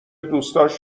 دوستاش